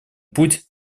путь